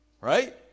right